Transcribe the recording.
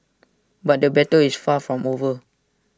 but the battle is far from over